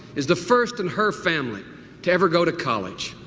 is the first in her family to ever go to college?